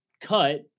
cut